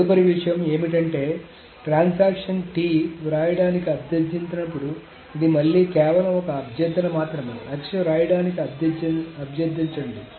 తదుపరి విషయం ఏమిటంటే ట్రాన్సాక్షన్ T వ్రాయడానికి అభ్యర్థించినప్పుడు ఇది మళ్లీ కేవలం ఒక అభ్యర్థన మాత్రమే x వ్రాయడానికి అభ్యర్థించండి